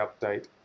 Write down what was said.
update